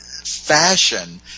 fashion